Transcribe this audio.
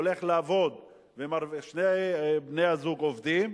הולך לעבוד ושני בני-הזוג עובדים,